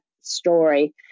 story